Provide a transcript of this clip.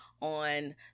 on